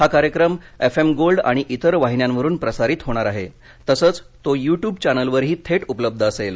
हा कार्यक्रम F M gold आणि इतर वाहिन्यांवरुन प्रसारित होणार आहे तसंच तो युट्युब चॅनलवरही थेट उपलब्ध असेल